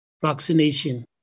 vaccination